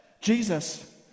Jesus